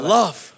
love